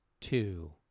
two